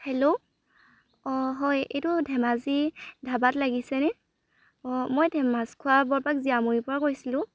hello অঁ হয় এইটো ধেমাজি ধাবাত লাগিছেনে অঁ মই মাছখোৱা বৰপাক জীয়ামুৰিৰ পৰা কৈছিলোঁ